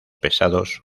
pesados